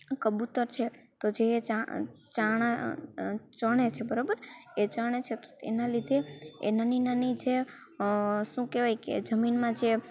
જે કબૂતર છે તો જે ચણા ચણે છે બરાબર એ ચણે છે એના લીધેએ નાની નાની જે શું કહેવાય કે જમીનમાં જે